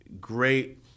great